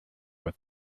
with